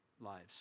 lives